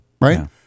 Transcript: right